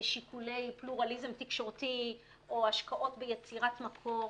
שיקולי פלורליזם תקשורתי, או השקעות ביצירת מקור.